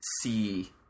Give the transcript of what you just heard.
see